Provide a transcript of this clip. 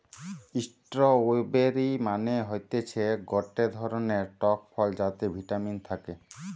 strawberry মানে হতিছে গটে ধরণের টক ফল যাতে ভিটামিন থাকে